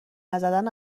نزدن